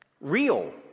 Real